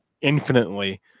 infinitely